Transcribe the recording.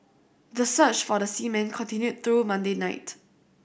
the search for the seamen continued through Monday night